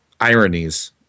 ironies